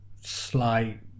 slight